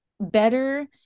better